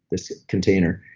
this container,